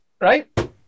right